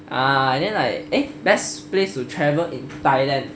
ah and then like best place to travel in thailand